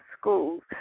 schools